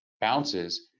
bounces